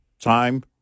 time